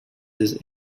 his